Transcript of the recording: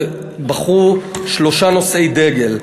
ובחרו שלושה נושאי דגל: